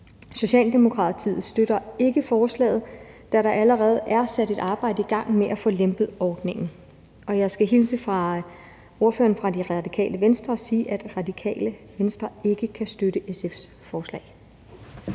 Socialdemokratiet støtter ikke forslaget, da der allerede er sat et arbejde i gang med at få lempet ordningen, og jeg skal hilse fra ordføreren for Radikale Venstre og sige, at Radikale Venstre ikke kan støtte SF's forslag.